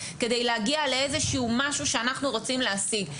כדי להגיע לאיזשהו משהו שאנחנו רוצים להשיג,